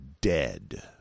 dead